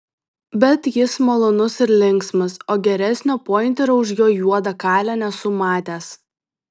bet jis malonus ir linksmas o geresnio pointerio už jo juodą kalę nesu matęs